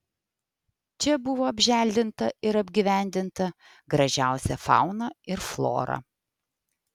čia buvo apželdinta ir apgyvendinta gražiausia fauna ir flora